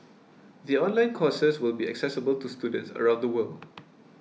the online courses will be accessible to students around the world